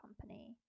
company